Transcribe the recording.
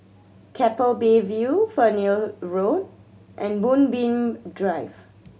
Keppel Bay View Fernhill Road and Moonbeam Drive